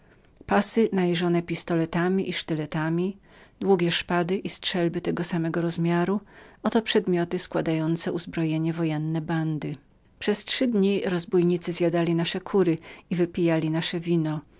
pasy najeżone pistoletami i sztyletami długie szpady i strzelby tego samego rozmiaru oto były przedmioty składające uzbrojenie wojenne bandy przez trzy dni rozbójnicy zjadali nasze kury i wypijali wino